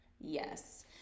yes